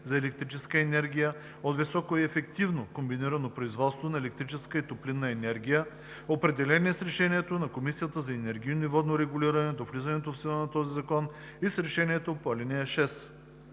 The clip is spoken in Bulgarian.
за електрическа енергия от високоефективно комбинирано производство на електрическа и топлинна енергия, определени с решението на Комисията за енергийно и водно регулиране до влизането в сила на този закон, и с решението по ал. 6.